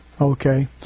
Okay